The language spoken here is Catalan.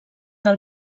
del